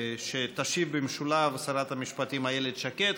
ותשיב במשולב שרת המשפטים איילת שקד.